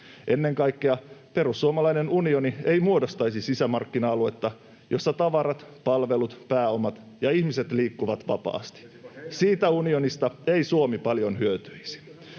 Ennen kaikkea perussuomalainen unioni ei muodostaisi sisämarkkina-aluetta, jossa tavarat, palvelut, pääomat ja ihmiset liikkuvat vapaasti. [Jussi Halla-ahon välihuuto] Siitä unionista ei Suomi paljon hyötyisi.